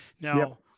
Now